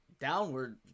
downward